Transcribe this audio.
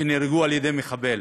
שנהרגו על ידי מחבל